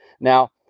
Now